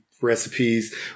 recipes